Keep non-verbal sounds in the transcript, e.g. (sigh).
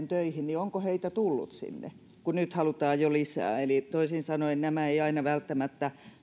(unintelligible) töihin onko heitä tullut sinne kun nyt halutaan jo lisää eli toisin sanoen nämä lakimuutokset eivät aina välttämättä